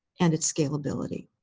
and its scalability.